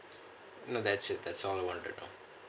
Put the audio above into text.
no that's it that's all